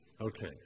Okay